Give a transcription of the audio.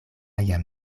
jam